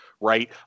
right